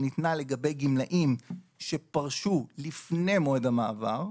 ניתנה לגבי גמלאים שפרשו לפני מועד המעבר,